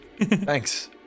Thanks